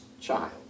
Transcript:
child